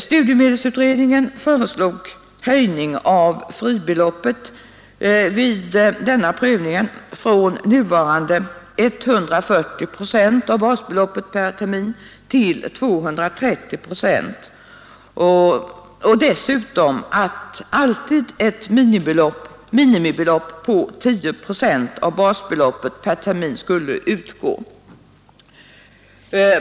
Studiemedelsutredningen föreslog höjning av fribeloppet vid denna prövning från nuvarande 140 procent av basbeloppet per termin till 230 procent samt att alltid ett minimibelopp på 10 procent av basbeloppet per termin skulle utgå.